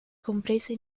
comprese